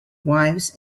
wives